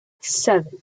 seven